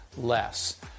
less